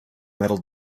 metal